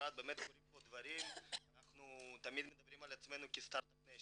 באמת קורים פה דברים,